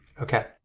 Okay